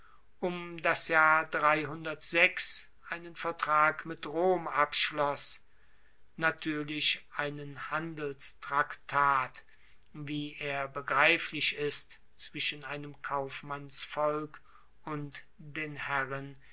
um das jahr einen vertrag mit rom abschloss natuerlich einen handelstraktat wie er begreiflich ist zwischen einem kaufmannsvolk und den herren